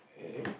is it